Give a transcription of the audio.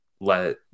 let